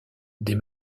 des